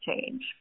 change